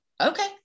Okay